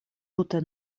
tute